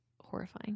horrifying